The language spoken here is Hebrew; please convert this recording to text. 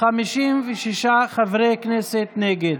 56 חברי כנסת נגד.